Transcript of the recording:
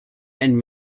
and